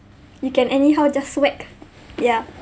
you can anyhow just whack ya